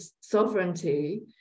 sovereignty